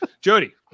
Jody